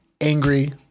angry